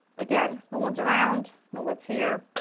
again, no one's around, no one's here,